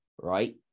right